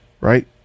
right